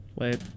Wait